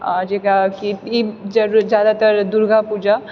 जकराकि ई ज्यादातर दुर्गापूजा